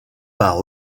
par